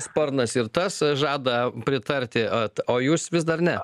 sparnas ir tas žada pritarti vat o jūs vis dar ne